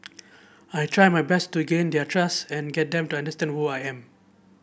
I try my best to gain their trust and get them to understand who I am